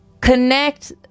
connect